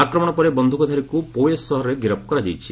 ଆକ୍ରମଣ ପରେ ବନ୍ଧୁକଧାରୀକୁ ପୋଓ୍ବେ ସହରରେ ଗିରଫ କରାଯାଇଛି